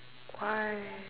why